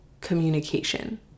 communication